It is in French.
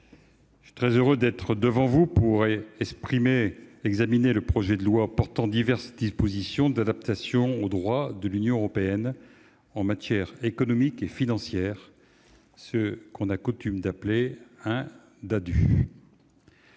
je suis très heureux d'être devant vous pour examiner le projet de loi portant diverses dispositions d'adaptation au droit de l'Union européenne en matière économique et financière, ce que l'on a coutume d'appeler un « Ddadue ».